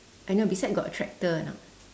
I know beside got a tractor or not